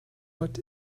what